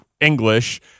English